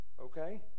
Okay